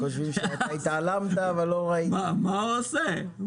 חושבים: מה הוא עושה?